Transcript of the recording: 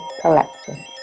Collection